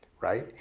right?